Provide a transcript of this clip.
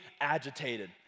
agitated